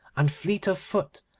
and fleet of foot,